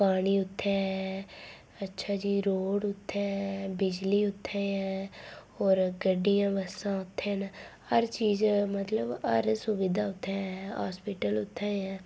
पानी उत्थें ऐ अच्छा जी रोड़ उत्थें ऐ बिजली उत्थें ऐ होर गड्डियां बस्सां उत्थें न हर चीज मतलब हर सुविधा उत्थै ऐ हास्पिटल उत्थें ऐ